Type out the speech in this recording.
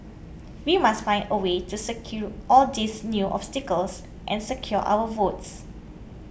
we must find a way to all these new obstacles and secure our votes